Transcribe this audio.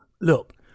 look